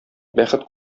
бәхет